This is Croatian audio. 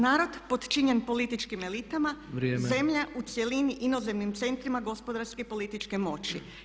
Narod potčinjen političkim elitama, [[Upadica Tepeš: Vrijeme.]] zemlja u cjelini inozemnim centrima gospodarske i političke moći.